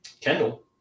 Kendall